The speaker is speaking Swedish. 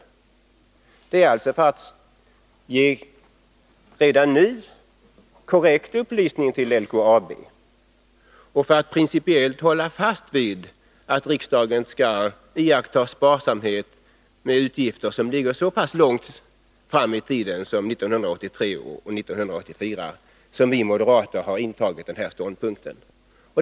Det är alltså för att redan nu ge korrekt upplysning till LKAB och för att principiellt hålla fast vid att riksdagen skall iaktta sparsamhet med utgifter som ligger så pass långt fram i tiden som 1983 och 1984 som vi moderater intar vår ståndpunkt.